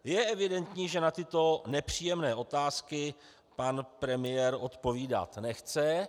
Je evidentní, že na tyto nepříjemné otázky pan premiér odpovídat nechce.